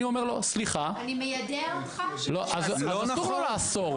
אני אומר לו: סליחה --- אני מיידע אותך --- אז אסור לו לאסור.